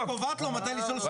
את קובעת לו מתי לשאול שאלות?